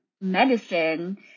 medicine